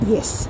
Yes